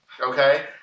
okay